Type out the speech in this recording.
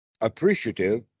appreciative